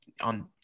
on